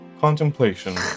contemplation